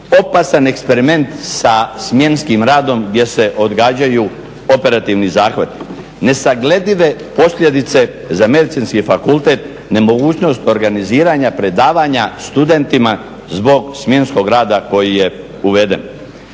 Opasan eksperiment sa smjenskim radom gdje se odgađaju operativni zahvati, nesagledive posljedice za Medicinski fakultet, nemogućnost organiziranja predavanja studentima zbog smjenskog rada koji je uveden.